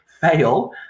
fail